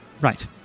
Right